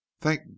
thank